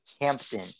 Hampton